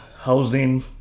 housing